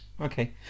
Okay